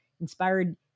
Inspired